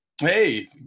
Hey